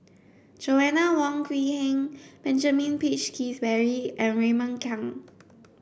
Joanna Wong Quee Heng Benjamin Peach Keasberry and Raymond Kang